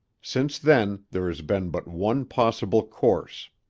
since then there has been but one possible course.